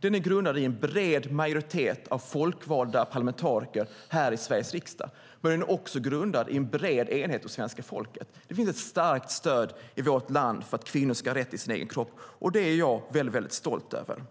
Den är grundad i en bred majoritet av folkvalda parlamentariker här i Sveriges riksdag. Den är också grundad i en bred enighet hos svenska folket. Det finns ett starkt stöd i vårt land för att kvinnor ska ha rätt till sin egen kropp. Det är jag väldigt stolt över.